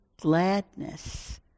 gladness